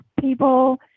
people